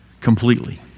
completely